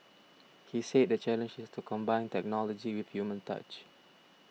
he said the challenge is to combine technology with human touch